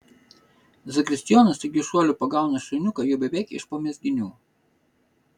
zakristijonas staigiu šuoliu pagauna šuniuką jau beveik iš po mezginių